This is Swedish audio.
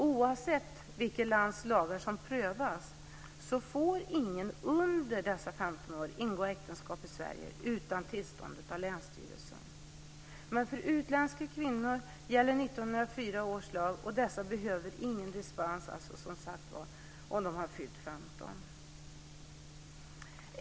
Oavsett vilket lands lagar som prövas får ingen som är under 15 år ingå äktenskap i Sverige utan tillstånd av länsstyrelsen. Men för utländska kvinnor gäller 1904 års lag, och de behöver ingen dispens, som sagt, om de har fyllt 15.